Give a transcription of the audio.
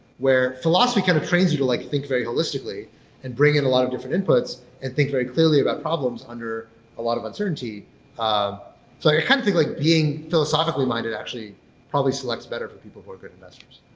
where philosophy kind of trains you to like think very holistically and bring in a lot of different inputs and think very clearly about problems under a lot of uncertainty. um so i kind of think like being philosophically minded actually probably selects better for people who are good investors.